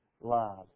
love